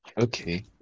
Okay